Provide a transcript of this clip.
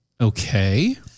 Okay